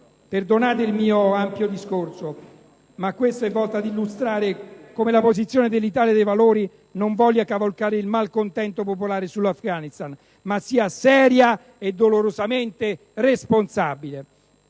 Perdonate il mio ampio discorso, ma esso è volto a illustrare come la posizione dell'Italia dei Valori non voglia cavalcare il malcontento popolare sull'Afghanistan, ma sia seria e dolorosamente responsabile.